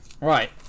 Right